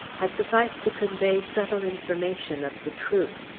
had sufficed to convey subtile information of the truth.